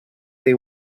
they